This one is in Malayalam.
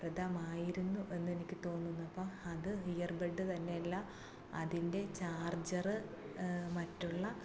പ്രദമായിരുന്നു എന്ന് എനിക്ക് തോന്നുന്നു അപ്പം അത് ഇയർ ബെഡ് തന്നെയല്ല അതിൻ്റെ ചാർജറ് മറ്റുള്ള